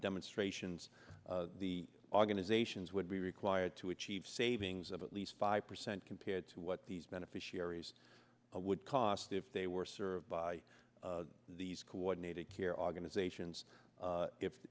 demonstrations the organizations would be required to achieve savings of at least five percent compared to what these beneficiaries would cost if they were served by these coordinated care organizations